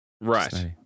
Right